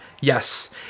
Yes